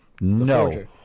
No